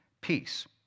peace